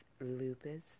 lupus